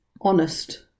honest